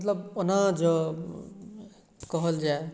मतलब ओना जौं कहल जाय